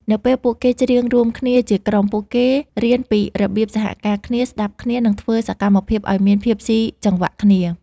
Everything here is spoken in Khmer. នៅពេលពួកគេច្រៀងរួមគ្នាជាក្រុម ពួកគេរៀនពីរបៀបសហការគ្នា ស្ដាប់គ្នា និងធ្វើសកម្មភាពឱ្យមានភាពស៊ីចង្វាក់គ្នា